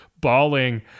bawling